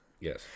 yes